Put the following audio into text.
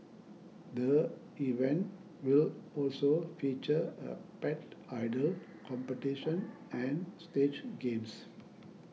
the event will also feature a Pet Idol competition and stage games